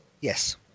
Yes